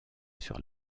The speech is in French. sur